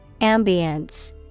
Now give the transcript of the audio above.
Ambience